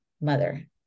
mother